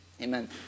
amen